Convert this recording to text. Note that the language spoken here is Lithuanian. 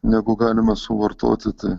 negu galime suvartoti tai